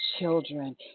children